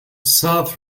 south